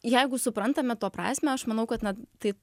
jeigu suprantame to prasmę aš manau kad na tai